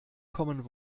common